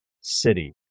city